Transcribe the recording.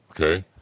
okay